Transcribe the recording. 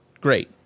Great